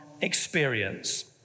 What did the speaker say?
experience